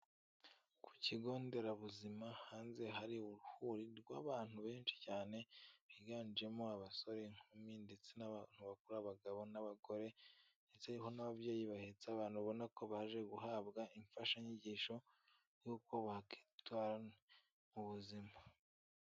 Ku ikigo nderabuzima hanze hari uruhuri rw'abantu benshi cyane. Biganjemo abasore, inkumi ndetse n'abantu bakuru. Abagabo n'abagore ndetse hariho n'ababyeyi bahetse abana, ubona ko baje guhabwa imfashanyigisho y'uko bakwitwara mu buzima.